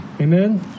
Amen